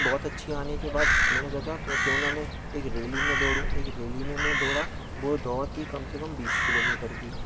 बहुत अच्छी आने के बाद मैंने सोचा क्यों न मैं एक रैली में दौड़ूँ एक रैली में मैं दौड़ा वो दौड़ थी कम से कम बीस किलोमीटर की